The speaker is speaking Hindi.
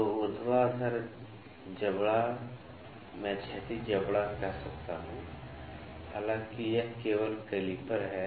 तो ऊर्ध्वाधर जबड़ा मैं क्षैतिज जबड़ा कह सकता हूं हालाँकि यह केवल कैलिपर है